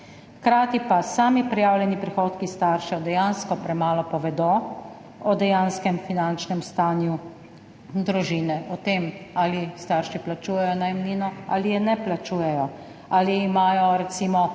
Hkrati pa prijavljeni prihodki staršev dejansko premalo povedo o dejanskem finančnem stanju družine, o tem, ali starši plačujejo najemnino ali je ne plačujejo, ali imajo, recimo,